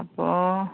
അപ്പോൾ